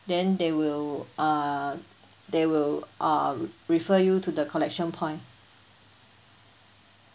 then they will uh they will uh refer you to the collection point